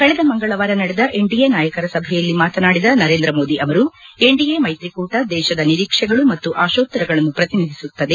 ಕಳೆದ ಮಂಗಳವಾರ ನಡೆದ ಎನ್ಡಿಎ ನಾಯಕರ ಸಭೆಯಲ್ಲಿ ಮಾತನಾಡಿದ ನರೇಂದ್ರಮೋದಿ ಅವರು ಎನ್ಡಿಎ ಮೈತ್ರಿಕೂಟ ದೇಶದ ನಿರೀಕ್ಷೆಗಳು ಮತ್ತು ಆಶೋತ್ತರಗಳನ್ನು ಪ್ರತಿನಿಧಿಸುತ್ತದೆ